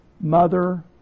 mother